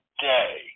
day